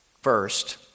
first